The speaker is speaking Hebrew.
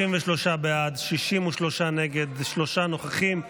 33 בעד, 63 נגד, שלושה נוכחים.